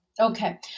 Okay